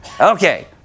Okay